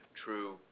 true